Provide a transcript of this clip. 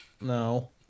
No